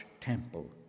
temple